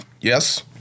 yes